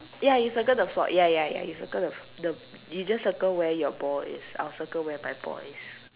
ya you circle the fault ya ya ya you circle the f~ the you just circle where your ball is I'll circle where my ball is